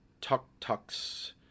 tuk-tuks